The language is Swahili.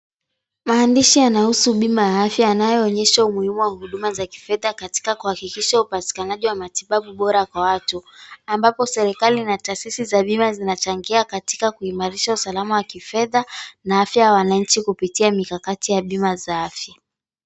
Maandishi yanayohusu bima ya afya yanayoonyesha umuhimu wa huduma za kifedha katika kuhakikisha upatikanaji wa matibabu bora kwa watu. Ambapo serikali ina taasisi za bima zinachangia katika kuimarisha usalama wa kifedha na afya 𝑦𝑎 wananchi kupitia mikakati ya bima za afya.